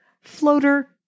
floater